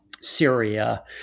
Syria